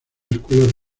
escuela